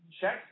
Check